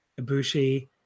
Ibushi